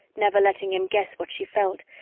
never letting him guess what she felt,